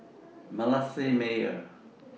Manasseh Meyer